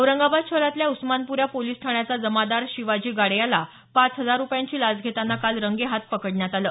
औरंगाबाद शहरातल्या उस्मानपुरा पोलीस ठाण्याचा जमादार शिवाजी गाडे याला पाच हजार रुपयांची लाच घेतांना काल रंगेहात पकडलं